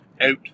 out